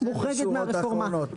שורות אחרונות.